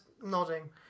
nodding